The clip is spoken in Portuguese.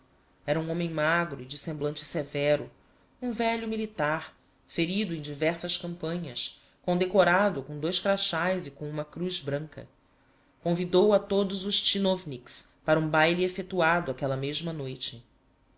era um homem magro e de semblante severo um velho militar ferido em diversas campanhas condecorado com dois cráchás e com uma cruz branca convidou a todos os tchinovniks para um baile effectuado aquella mesma noite